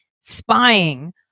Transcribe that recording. spying